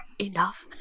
Enough